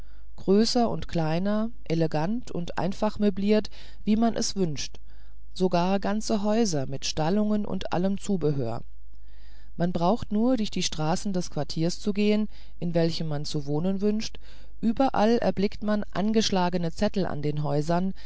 größer und kleiner elegant und einfach möbliert wie man es wünscht sogar ganze häuser mit stallung und allem zubehör man braucht nur durch die straßen des quartiers zu gehen in welchem man zu wohnen wünscht überall erblickt man angeschlagene zettel an den häusern